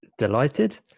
delighted